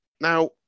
Now